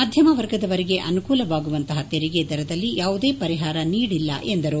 ಮಧ್ಯಮ ವರ್ಗದವರಿಗೆ ಅನುಕೂಲವಾಗುವಂತಹ ತೆರಿಗೆ ದರದಲ್ಲಿ ಯಾವುದೇ ಪರಿಹಾರ ನೀಡಿಲ್ಲ ಎಂದು ಹೇಳಿದರು